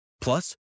Plus